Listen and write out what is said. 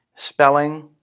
Spelling